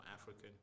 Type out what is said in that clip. African